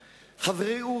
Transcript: חבר'ה,